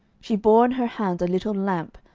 she bore in her hand a little lamp,